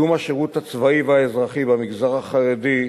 "קידום השירות הצבאי והאזרחי במגזר החרדי"